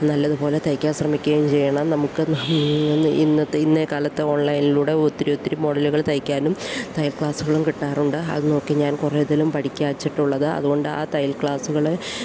നല്ലതുപോലെ തയ്ക്കാൻ ശ്രമിക്കുകയും ചെയ്യണം നമുക്ക് ഇന്നത്തെ ഇന്നത്തെക്കാലത്ത് ഓൺലൈനിലൂടെ ഒത്തിരി ഒത്തിരി മോഡലുകൾ തയ്ക്കാനും തയ്യൽ ക്ലാസ്സുകളും കിട്ടാറുണ്ട് അതുനോക്കി ഞാൻ കുറേയിതിലും പഠിക്കാമെന്നു വെച്ചിട്ടുള്ളത് അതുകൊണ്ട് ആ തയ്യൽ ക്ലാസ്സുകൾ